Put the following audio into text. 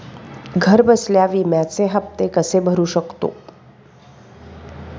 घरबसल्या विम्याचे हफ्ते कसे भरू शकतो?